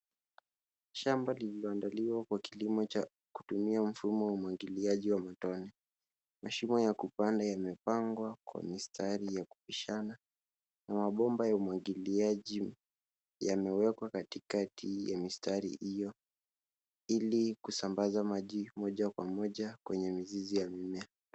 Shamba lililoandaliwa kwa kilimo cha kutumia mfumo wa umwagiliaji wa matone. Mashimo ya kupanda yamepangwa kwa mistari ya kupishana na mabomba ya umwagiliaji yamewekwa katikati ya mistari hiyo ili kusambaza maji moja kwa moja kwenye mizizi ya mimea.